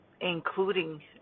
including